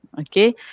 Okay